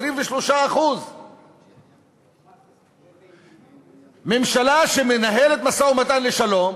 23%. ממשלה שמנהלת משא-ומתן לשלום,